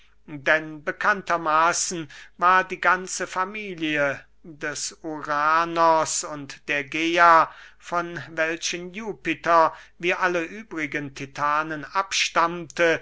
denn bekannter maßen war die ganze familie des uranos und der gea von welchen jupiter wie alle übrigen titanen abstammte